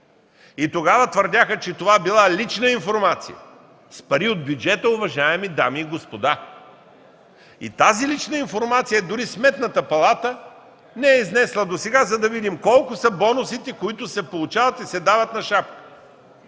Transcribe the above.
Тогава твърдяха, че това била лична информация, с пари от бюджета, уважаеми дами и господа. И тази лична информация дори Сметната палата не е изнесла досега, за да видим колко са бонусите, които се получават и се дават „на шапка”,